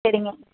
சரிங்க